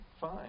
fine